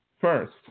First